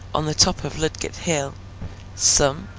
on the top of ludgate-hill some,